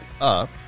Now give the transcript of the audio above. up